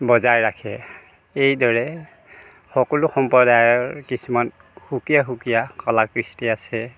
বজাই ৰাখে এইদৰে সকলো সম্প্ৰদায়ৰ কিছুমান সুকীয়া সুকীয়া কলা কৃষ্টি আছে